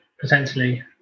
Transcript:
potentially